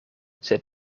sed